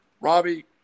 Robbie